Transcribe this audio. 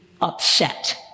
upset